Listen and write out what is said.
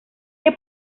que